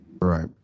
right